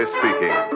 speaking